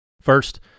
First